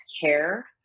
care